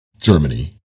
Germany